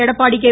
Edappadi K